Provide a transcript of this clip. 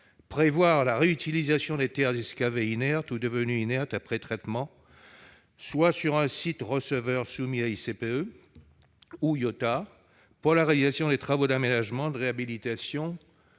prévoir la réutilisation des terres excavées inertes ou devenues inertes après traitement, soit sur un site receveur soumis à ICPE ou à IOTA, pour la réalisation de travaux d'aménagement, de réhabilitation